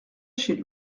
chez